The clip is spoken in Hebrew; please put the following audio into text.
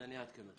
אז אני אעדכן אותך.